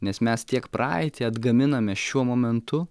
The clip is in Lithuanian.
nes mes tiek praeitį atgaminame šiuo momentu